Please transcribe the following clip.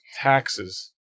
taxes